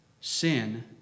sin